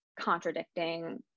contradicting